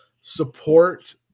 support